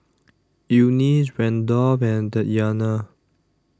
Eunice Randolf and Tatyana